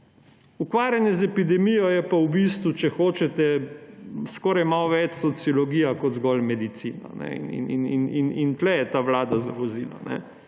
Ukvarjanje z epidemijo pa je v bistvu, če hočete, skoraj malo več sociologija kot zgolj medicina. In tukaj je ta vlada zavozila.